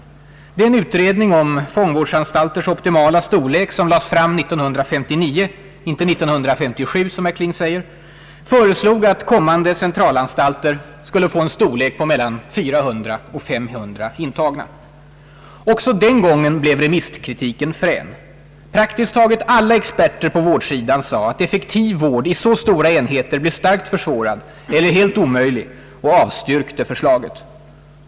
Den utredning om fångvårdsanstalters optimala storlek som lades fram 1959 — inte 1957, som herr Kling säger — föreslog att kommande centralanstalter skulle få en storlek på mellan 400 och 500 intagna. Också den gången blev remisskritiken frän. Praktiskt taget alla experter på vårdsidan sade att effektiv vård på så stora enheter blev starkt försvårad eller helt omöjlig och avstyrkte förslaget.